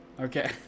Okay